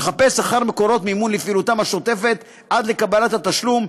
לחפש אחר מקורות מימון לפעילותם השוטפת עד לקבלת התשלום,